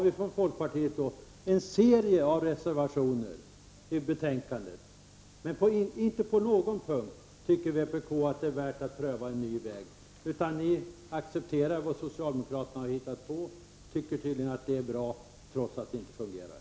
Vi i folkpartiet har en serie reservationer till betänkandet, men inte på någon punkt tycker vpk att det är värt att pröva en ny väg. Ni accepterar vad socialdemokraterna har hittat på och tycker tydligen att det är bra trots att det inte fungerar.